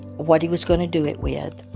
what he was going to do it with.